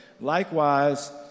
Likewise